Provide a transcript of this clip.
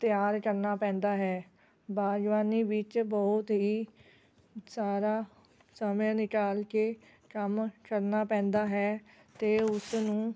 ਤਿਆਰ ਕਰਨਾ ਪੈਂਦਾ ਹੈ ਬਾਗ਼ਬਾਨੀ ਵਿੱਚ ਬਹੁਤ ਹੀ ਸਾਰਾ ਸਮੇਂ ਨਿਕਾਲ ਕੇ ਕੰਮ ਕਰਨਾ ਪੈਂਦਾ ਹੈ ਅਤੇ ਉਸਨੂੰ